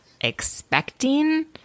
expecting